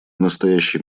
настоящий